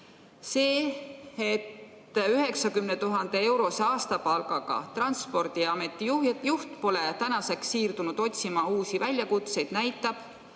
See, et 90 000‑eurose aastapalgaga Transpordiameti juht pole tänaseks siirdunud otsima uusi väljakutseid, näitab,